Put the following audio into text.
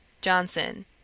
Johnson